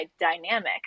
dynamic